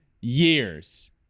years